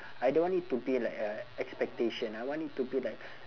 I don't want it to be like a expectation I want it to be like